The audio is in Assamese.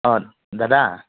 অঁ দাদা